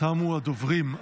תמו הדוברים.